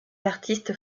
artistes